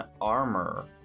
armor